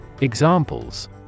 Examples